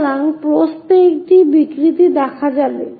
সুতরাং প্রস্থে একটি বিকৃতি দেখা যাবে